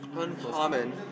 Uncommon